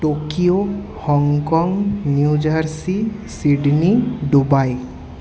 Tokyo Hong Kong New Jersey Sydney Dubai